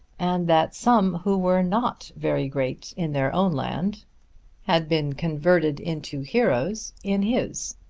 and that some who were not very great in their own land had been converted into heroes in his.